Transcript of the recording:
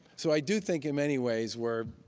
so i do think in many ways we're